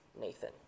Nathan